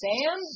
Sam